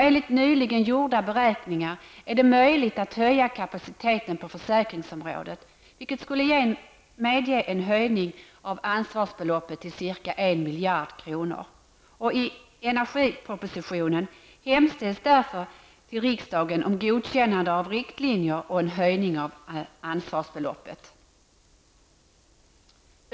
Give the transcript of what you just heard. Enligt nyligen gjorda beräkningar är det möjligt att höja kapaciteten på försäkringsområdet, vilket skulle medge en höjning av ansvarsbeloppet till ca 1 miljard kronor. I energipropositionen hemställs därför om godkännande av riktlinjer och en höjning av ansvarsbeloppet.